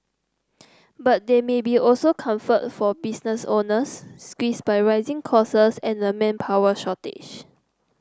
but there may be also comfort for business owners squeezed by rising costs and a manpower shortage